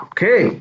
Okay